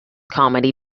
comedy